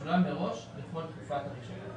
תשולם מראש לכל תקופת הרישיון".